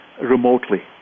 remotely